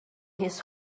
his